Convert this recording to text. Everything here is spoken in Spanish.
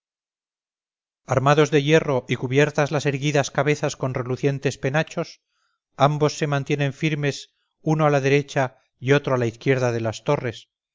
armados de hierro y cubiertas las erguidas cabezas con relucientes penachos ambos se mantienen firmes uno a la derecha y otro a la izquierda de las torres